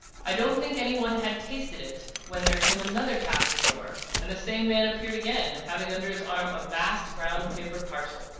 i don't think any one had tasted it, when there came another tap at the door, and the same man appeared again, having under his arm a vast brown-paper parcel.